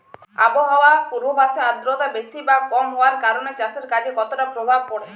আবহাওয়ার পূর্বাভাসে আর্দ্রতা বেশি বা কম হওয়ার কারণে চাষের কাজে কতটা প্রভাব পড়ে?